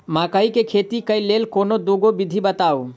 मकई केँ खेती केँ लेल कोनो दुगो विधि बताऊ?